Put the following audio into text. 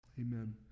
Amen